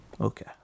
Okay